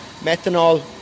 methanol